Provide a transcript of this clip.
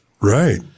Right